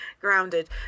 grounded